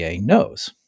knows